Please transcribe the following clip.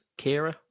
Kira